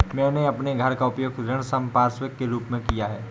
मैंने अपने घर का उपयोग ऋण संपार्श्विक के रूप में किया है